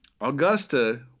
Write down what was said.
Augusta